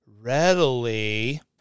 readily